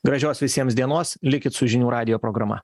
gražios visiems dienos likit su žinių radijo programa